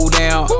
down